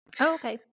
okay